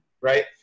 right